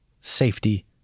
safety